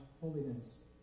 holiness